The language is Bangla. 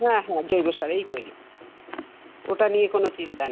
হ্যাঁ হ্যাঁ জৈব সারেই তৈরি ওটা নিয়ে কোনো চিন্তা নেই